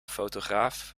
fotograaf